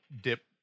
dip